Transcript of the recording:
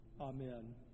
Amen